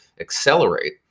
accelerate